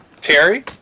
Terry